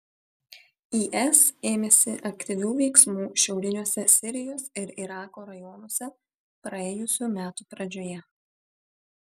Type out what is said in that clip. is ėmėsi aktyvių veiksmų šiauriniuose sirijos ir irako rajonuose praėjusių metų pradžioje